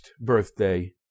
birthday